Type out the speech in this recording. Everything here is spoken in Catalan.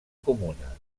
comuna